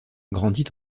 grandit